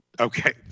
Okay